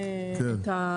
מה